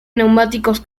neumáticos